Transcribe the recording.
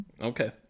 Okay